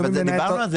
אבל דיברנו על זה,